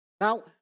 Now